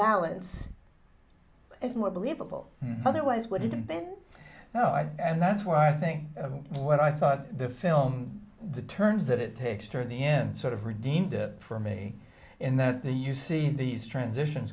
balance it's more believable otherwise would it have been and that's where i think what i thought the film the turns that it takes toward the end sort of redeemed for me in that you see these transitions